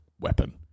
weapon